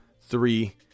three